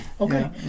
okay